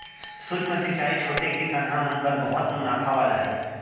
सूक्ष्म सिंचई छोटे किसनहा मन बर बहुत मुनाफा वाला हे